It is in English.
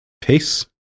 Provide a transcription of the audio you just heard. Peace